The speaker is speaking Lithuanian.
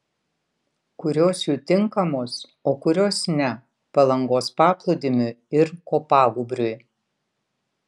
kurios jų tinkamos o kurios ne palangos paplūdimiui ir kopagūbriui